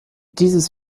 dieses